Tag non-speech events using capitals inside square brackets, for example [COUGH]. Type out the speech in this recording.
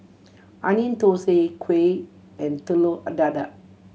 Onion Thosai kuih and telur [UNINTELLIGIBLE] dadah